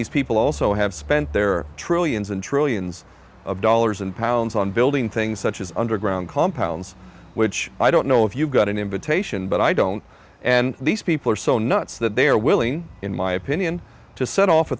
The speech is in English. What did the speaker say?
these people also have spent their trillions and trillions of dollars and pounds on building things such as underground compounds which i don't know if you got an invitation but i don't and these people are so nuts that they are willing in my opinion to set off a